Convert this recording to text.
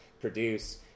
produce